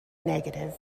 negative